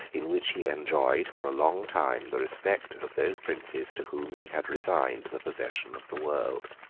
in which he enjoyed, for a long time, the respect of those princes to whom he had resigned the possession of the world.